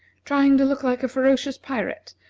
trying to look like a ferocious pirate,